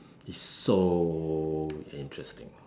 is so interesting